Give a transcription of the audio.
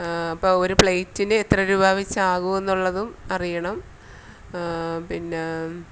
അപ്പോള് ഒരു പ്ലേറ്റിന് എത്ര രൂപ വച്ചാകുമെന്നുള്ളതും അറിയണം പിന്നെ